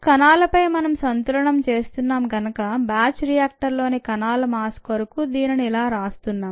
కణాలపై మనం సంతులనం చేస్తున్నాం కనుక బ్యాచ్ బయోరియాక్టర్ లోని కణాల మాస్ కొరకు దీనిని ఇలా రాస్తున్నాం